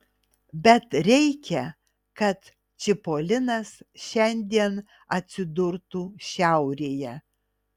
bet reikia kad čipolinas šiandien atsidurtų šiaurėje